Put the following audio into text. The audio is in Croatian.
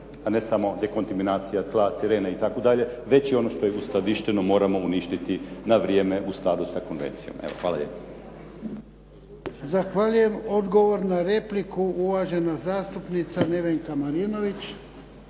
a ne samo dekontaminacija tla, terena itd. već i ono što je uskladišteno moramo uništiti na vrijeme u skladu sa konvencijom. Evo, hvala lijepo.